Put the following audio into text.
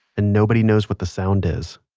and nobody knows what the sound is,